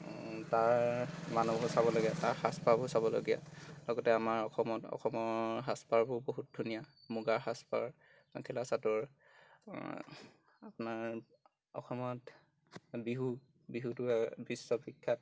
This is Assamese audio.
তাৰ মানুহবোৰ চাবলগীয়া তাৰ সাজ পাৰবোৰ চাবলগীয়া লগতে আমাৰ অসমত অসমৰ সাজ পাৰবোৰ বহুত ধুনীয়া মুগাৰ সাজ পাৰ মেখেলা চাদৰ আপোনাৰ অসমত বিহু বিহুটো বিশ্ববিখ্যাত